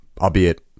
albeit